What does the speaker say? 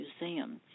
Museum